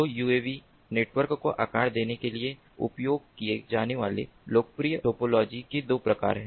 तो UAV network को आकार देने के लिए उपयोग किए जाने वाले लोकप्रिय टोपोलॉजी के 2 प्रकार हैं